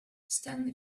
stanley